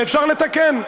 ואפשר לתקן,